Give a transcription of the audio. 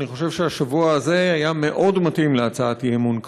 אני חושב שהשבוע הזה היה מאוד מתאים להצעת אי-אמון כזאת.